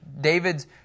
David's